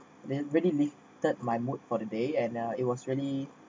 they really lifted my mood for the day and uh it was really